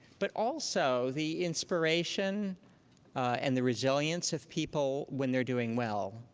but also the inspiration and the resilience of people when they're doing well,